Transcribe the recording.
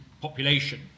population